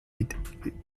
mit